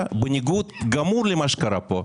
של הוועדה שחברי הוועדה לא קיבלו אותה לפני.